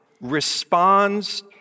responds